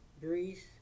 breeze